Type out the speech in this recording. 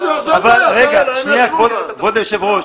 כבוד היושב-ראש,